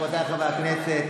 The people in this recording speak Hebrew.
רבותיי חברי הכנסת,